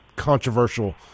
controversial